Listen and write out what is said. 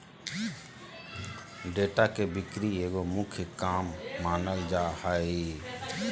data के बिक्री एगो मुख्य काम मानल जा हइ